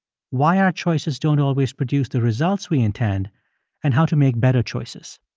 why our choices don't always produce the results we intend and how to make better choices.